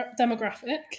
demographic